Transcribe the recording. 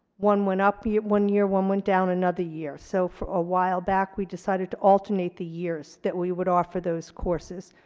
one went up yeah one year, one went down another year, so a ah while back we decided to alternate the years that we would offer those courses.